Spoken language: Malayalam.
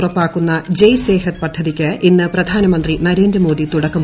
ഉറപ്പാക്കുന്ന ജയ് സേഹത് പദ്ധതിക്ക് ഇന്ന് പ്രധാനമന്ത്രി നരേന്ദ്രമോദി തുടക്കം കുറിക്കും